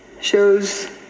shows